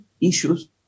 issues